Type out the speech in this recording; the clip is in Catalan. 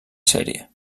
sèrie